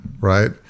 right